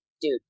dude